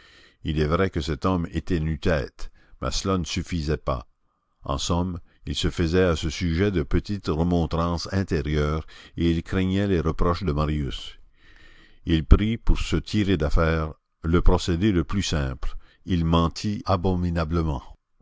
il est vrai que cet homme était nu-tête mais cela ne suffisait pas en somme il se faisait à ce sujet de petites remontrances intérieures et il craignait les reproches de marius il prit pour se tirer d'affaire le procédé le plus simple il mentit